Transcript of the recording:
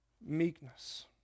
meekness